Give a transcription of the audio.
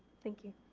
thank you.